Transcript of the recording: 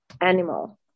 animal